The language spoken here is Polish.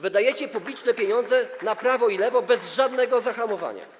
Wydajecie publiczne pieniądze na prawo i lewo bez żadnego zahamowania.